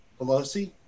Pelosi